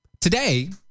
Today